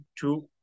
two